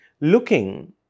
Looking